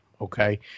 okay